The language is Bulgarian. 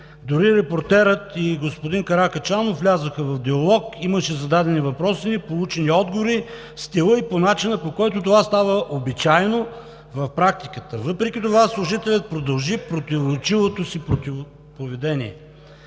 Дори репортерът и господин Каракачанов влязоха в диалог, имаше зададени въпроси, получени отговори – стилът и по начина, по който това става обичайно, в практиката. Въпреки това служителят продължи противоречивото си поведение.